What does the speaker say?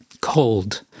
cold